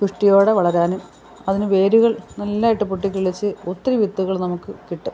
പുഷ്ടിയോടെ വളരാനും അതിന് വേരുകൾ നല്ലതായിട്ട് പൊട്ടി കിളിച്ച് ഒത്തിരി വിത്തുകൾ നമുക്ക് കിട്ടും